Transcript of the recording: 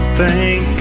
thank